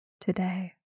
today